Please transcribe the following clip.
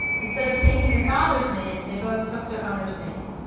instead of taking the father's name they both took their owner's name.